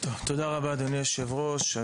תודה רבה אדוני היושב-ראש.